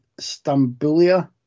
Stambulia